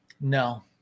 No